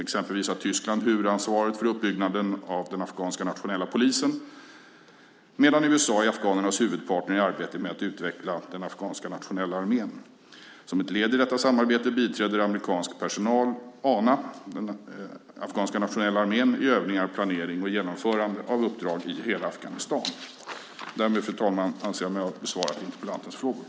Exempelvis har Tyskland huvudansvar för uppbyggnaden av den afghanska nationella polisen medan USA är afghanernas huvudpartner i arbetet med att utveckla den afghanska nationella armén. Som ett led i detta samarbete biträder amerikansk personal ANA, den afghanska nationella armén, i övningar, planering och genomförande av uppdrag i hela Afghanistan. Därmed, fru talman, anser jag mig ha besvarat interpellantens frågor.